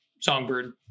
Songbird